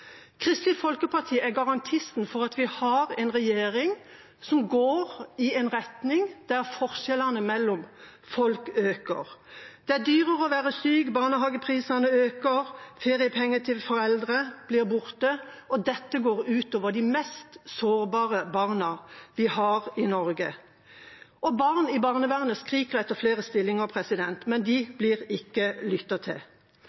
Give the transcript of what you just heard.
Kristelig Folkeparti er garantisten for at vi har en regjering som går i en retning der forskjellene mellom folk øker. Det er dyrere å være syk, barnehageprisene øker, feriepenger til foreldre blir borte, og dette går ut over de mest sårbare barna vi har i Norge. Barnevernet – og barna der – skriker etter flere stillinger, men de blir ikke lyttet til.